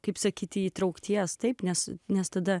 kaip sakyti įtraukties taip nes nes tada